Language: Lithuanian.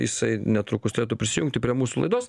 jisai netrukus turėtų prisijungti prie mūsų laidos